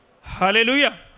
Hallelujah